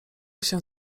się